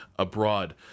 Abroad